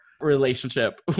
relationship